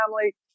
family